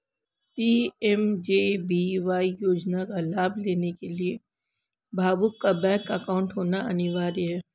PMJBY योजना का लाभ लेने के लिया लाभुक का बैंक अकाउंट होना अनिवार्य है